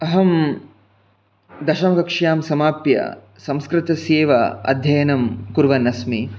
अहं दशमकक्ष्यां समाप्य संस्कृतस्येव अध्ययनं कुर्वन् अस्मि